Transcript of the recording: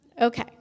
Okay